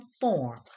form